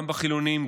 גם בחילונים,